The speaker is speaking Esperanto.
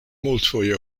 multfoje